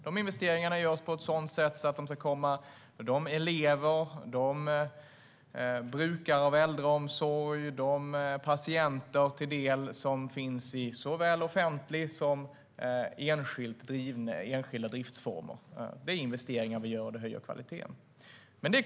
Dessa investeringar görs på ett sådant sätt att de ska komma de elever, de brukare av äldreomsorg och de patienter till del som finns i såväl offentlig som enskild driftsform. Investeringarna höjer kvaliteten.